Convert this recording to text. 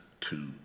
two